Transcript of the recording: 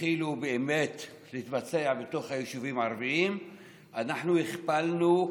התחילו להתבצע בתוך היישובים הערביים אנחנו הכפלנו,